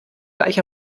gleich